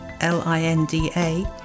L-I-N-D-A